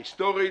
ההיסטורית,